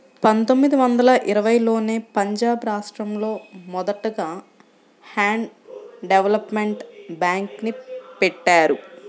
పందొమ్మిది వందల ఇరవైలోనే పంజాబ్ రాష్టంలో మొదటగా ల్యాండ్ డెవలప్మెంట్ బ్యేంక్ని బెట్టారు